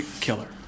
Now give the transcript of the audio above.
killer